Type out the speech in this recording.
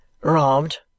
Robbed